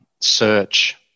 search